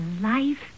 life